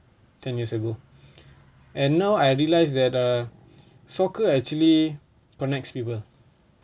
ten years ago and now I realise that uh soccer actually connects people